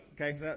Okay